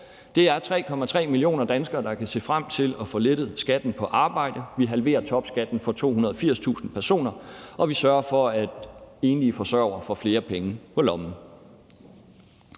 Det er 3,3 millioner danskere, der kan se frem til at få lettet skatten på arbejde. Vi halverer topskatten for 280.000 personer, og vi sørger for, at enlige forsørgere får flere penge på lommen.